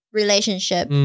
relationship